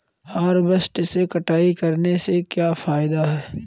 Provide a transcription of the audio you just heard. Harvester से कटाई करने से क्या फायदा है?